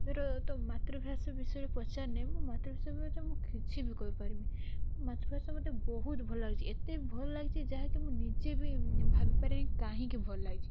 ଧର ତ ମାତୃଭାଷା ବିଷୟରେ ପଚାରିନେ ମୋ ମାତୃଭାଷା ବିଷୟରେ ମୁଁ କିଛିବି କହିପାରିନି ମାତୃଭାଷା ମୋତେ ବହୁତ ଭଲ୍ ଲାଗିଛି ଏତେ ବି ଭଲ୍ ଲାଗିଛି ଯାହା ବି ମୁଁ ନିଜେ ବି ଭାବି ପାରେନି କାହିଁକି ଭଲ୍ ଲାଗିଛି